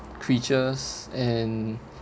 creatures and